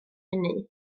hynny